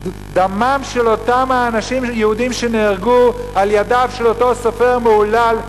דמם של אותם האנשים היהודים שנהרגו בידיו של אותו סופר מהולל,